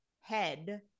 head